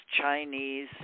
Chinese